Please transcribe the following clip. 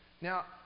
Now